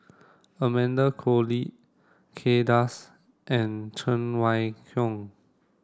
Amanda Koe Lee Kay Das and Cheng Wai Keung